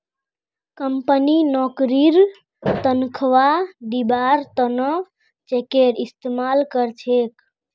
company नौकरीर तन्ख्वाह दिबार त न चेकेर इस्तमाल कर छेक